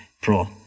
pro